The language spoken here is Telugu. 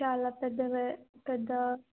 చాలా పెద్ద పెద్ద